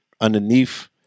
underneath